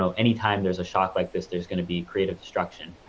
so anytime there's a shock like this, there's gonna be creative destruction.